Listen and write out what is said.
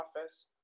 office